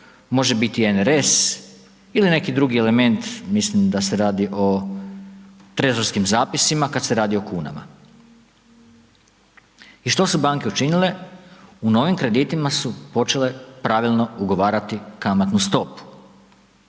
može biti NRS ili neki drugi element, mislim da se radi o trezorskim zapisima kad se radi o kunama. I što su banke učinile? U novim kreditima su počele pravilno ugovarati kamatnu stopu,